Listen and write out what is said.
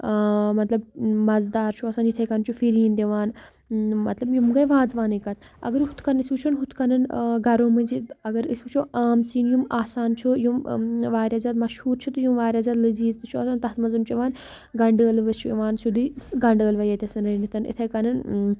مطلب مَزٕدار چھُ آسان یِتھَے کٔنۍ چھُ فیٖرِن دِوان مطلب یِم گٔے وازوانٕکۍ کَتھ اگر ہُتھ کٔنۍ أسۍ وٕچھو ہُتھ کٔنۍ گرو منٛزۍ اگر أسۍ وٕچھو عام سِنۍ یِم آسان چھُ یِم ورایاہ زیادٕ مشہوٗر چھِ تہٕ یِم واریاہ زیادٕ لٔزیٖز تہِ چھُ آسان تَتھ منٛز چھُ یِوان گَںٛڈٕ ٲلوٕ چھُ یِوان سیوٚدُے گنٛڈٕ ٲلوَے ییٖتۍ آسان رٔنمٕتۍ اِتھَے کٔنۍ